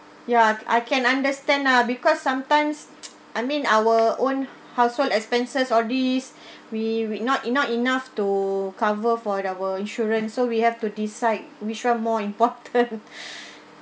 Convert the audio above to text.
ya c~ I can understand ah because sometimes I mean our own household expenses all these we we not e~ not enough to cover for our insurance so we have to decide which one more important